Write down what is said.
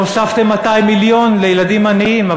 שהוספתם 200 מיליון לילדים עניים,